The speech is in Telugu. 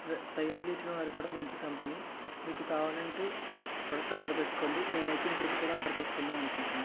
ప్రే తయారు చేసిన వారు కూడా మంచి కంపెనీ మీకు కావాలంటే ప్రాడక్ట్ ఆర్డర్ పెట్టుకోండి నేను అయితే ఇంకోటి కూడా ఆర్డర్ పెట్టుకుందాం అనుకుంటున్నాను